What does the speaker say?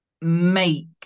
make